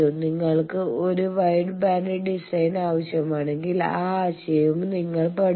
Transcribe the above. നിങ്ങൾക്ക് ഒരു wide band design ആവശ്യമാണെങ്കിൽ ആ ആശയവും നിങ്ങൾ പഠിച്ചു